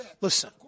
listen